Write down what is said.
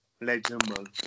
Legend